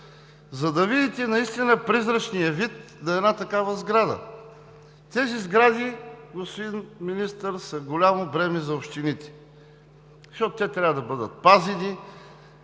за да видите наистина призрачния вид на такава сграда? Тези сгради, господин Министър, са голямо бреме за общините. Те трябва да бъдат пазени,